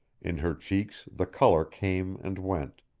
in her cheeks the color came and went,